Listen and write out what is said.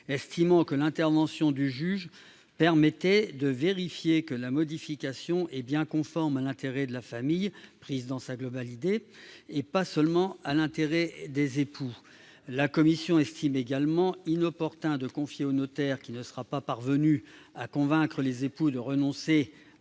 estimant que l'intervention du juge permettait de vérifier que la modification est bien conforme à l'intérêt de la famille prise dans sa globalité, et pas seulement à celui des époux. La commission estime également inopportun de confier au notaire qui ne sera pas parvenu à convaincre les époux de renoncer